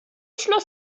schluss